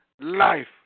life